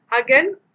Again